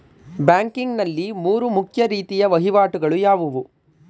Banking ನಲ್ಲಿ ಮೂರು ಮುಖ್ಯ ರೀತಿಯ ವಹಿವಾಟುಗಳು ಯಾವುವು?